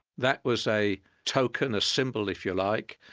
that was a token, a symbol if you like,